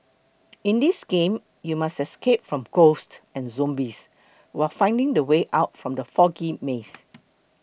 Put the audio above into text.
in this game you must escape from ghosts and zombies while finding the way out from the foggy maze